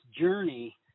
journey